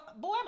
Boy